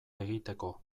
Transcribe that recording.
egiteko